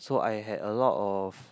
so I had a lot of